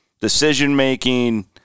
Decision-making